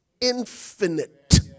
infinite